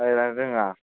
रायलायनो रोङा